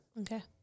Okay